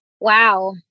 Wow